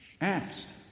Asked